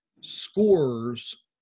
scores